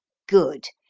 good.